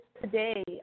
today